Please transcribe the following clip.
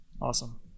Awesome